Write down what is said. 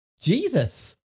Jesus